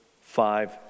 five